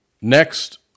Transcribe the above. next